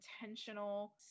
intentional